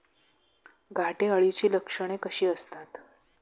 घाटे अळीची लक्षणे कशी असतात?